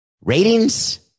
Ratings